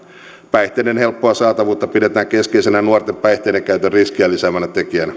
päihteiden helppoa saatavuutta pidetään keskeisenä nuorten päihteidenkäytön riskiä lisäävänä tekijänä